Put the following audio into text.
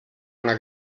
una